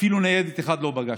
אפילו ניידת אחת לא פגשתי.